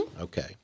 Okay